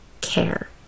care